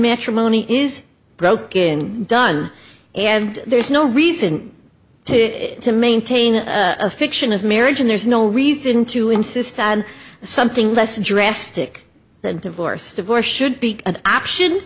matrimony is broke in done and there's no reason to maintain a fiction of marriage and there's no reason to insist on something less drastic than divorce divorce should be an option